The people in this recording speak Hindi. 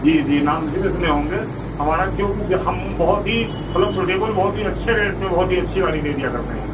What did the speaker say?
जी जी नाम इसीलिए सुने होंगे हमारा कि जो क्योंकि हम बहुत ही मतलब स्यूटेबल बहुत ही अच्छे रेट में बहुत ही अच्छी गाड़ी दे दिया करते हैं